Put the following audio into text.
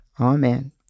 Amen